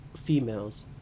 females